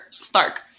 Stark